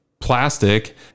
plastic